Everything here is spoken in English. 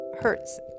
hurts